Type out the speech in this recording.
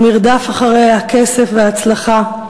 המרדף אחרי הכסף וההצלחה,